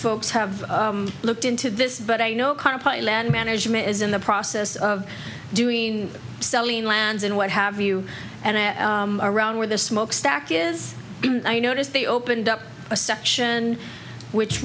folks have looked into this but i know carpet land management is in the process of doing selling lands and what have you and around where the smokestack is i noticed they opened up a section which